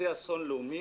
זה אסון לאומי.